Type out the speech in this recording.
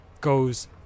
goes